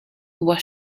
was